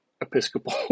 Episcopal